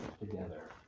together